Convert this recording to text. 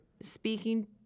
speaking